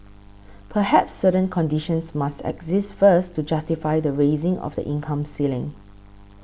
perhaps certain conditions must exist first to justify the raising of the income ceiling